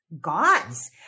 gods